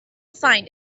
find